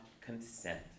consent